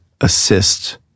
assist